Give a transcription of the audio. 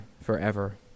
forever